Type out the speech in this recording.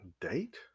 Date